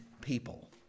people